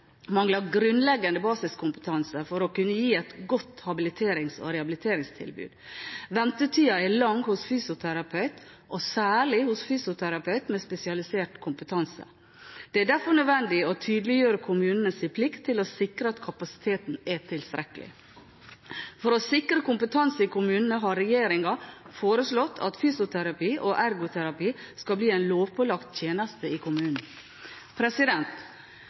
mangler grunnleggende basiskompetanse for å kunne gi et godt habiliterings- og rehabiliteringstilbud. Ventetiden er lang hos fysioterapeut, og særlig hos fysioterapeut med spesialisert kompetanse. Det er derfor nødvendig å tydeliggjøre kommunenes plikt til å sikre at kapasiteten er tilstrekkelig. For å sikre kompetanse i kommunene har regjeringen foreslått at fysioterapi og ergoterapi skal bli en lovpålagt tjeneste i kommunen.